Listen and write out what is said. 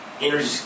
energy